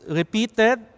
repeated